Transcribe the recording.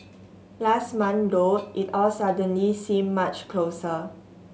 last month though it all suddenly seemed much closer